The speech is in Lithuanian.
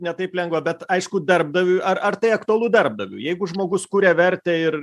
ne taip lengva bet aišku darbdaviui ar ar tai aktualu darbdaviui jeigu žmogus kuria vertę ir